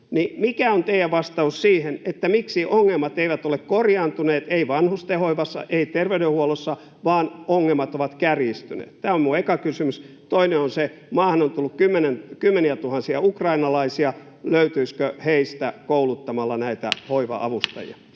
mikä on teidän vastauksenne siihen, miksi ongelmat eivät ole korjaantuneet, eivät vanhustenhoivassa eivätkä terveydenhuollossa, vaan ongelmat ovat kärjistyneet? Tämä on minun eka kysymykseni. Toinen on se, että kun maahan on tullut kymmeniätuhansia ukrainalaisia, löytyisikö heistä kouluttamalla